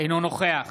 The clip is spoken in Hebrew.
אינו נוכח